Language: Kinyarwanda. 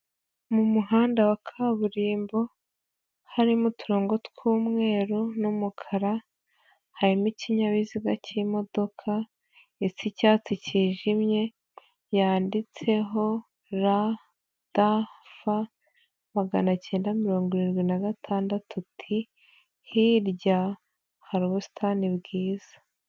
Mu muhanda wa kaburimbo, harimo uturongo tw'umweru n'umukara, harimo ikinyabiziga cy'imodoka isa icyatsi cyijimye, yanditseho rdf maganacyenda mirongo irindwi na gatandatu T, hirya hari ubusitani bwiza.